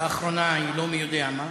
לאחרונה היא לא-מי-יודע-מה,